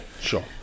Sure